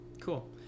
cool